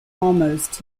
almost